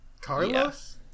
Carlos